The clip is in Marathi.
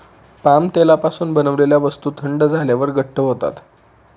पाम तेलापासून बनवलेल्या वस्तू थंड झाल्यावर घट्ट होतात